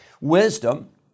Wisdom